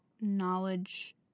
knowledge